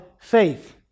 faith